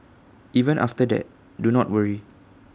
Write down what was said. even after that do not worry